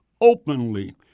openly